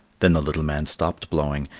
then the little man stopped blowing,